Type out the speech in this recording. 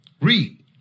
Read